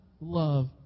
love